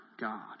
God